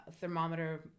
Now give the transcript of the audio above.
thermometer